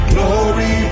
Glory